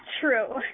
true